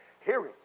hearing